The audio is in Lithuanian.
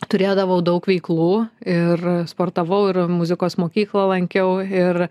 turėdavau daug veiklų ir sportavau ir muzikos mokyklą lankiau ir